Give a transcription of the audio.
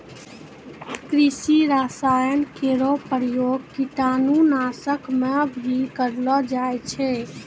कृषि रसायन केरो प्रयोग कीटाणु नाशक म भी करलो जाय छै